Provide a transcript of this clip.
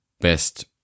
best